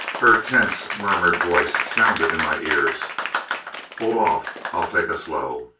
her tense, murmured voice sounded in my ears hold off i'll take us low.